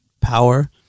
power